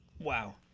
Wow